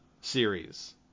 series